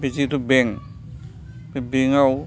बे जिथु बेंक बे बेंक आव